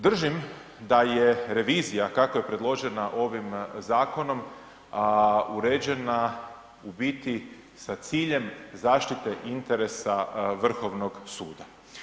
Držim da je revizija kako je predložena ovim zakonom, a uređena u biti sa ciljem zaštite interesa Vrhovnog suda.